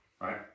Right